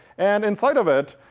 and inside of it,